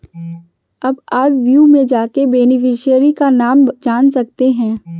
अब आप व्यू में जाके बेनिफिशियरी का नाम जान सकते है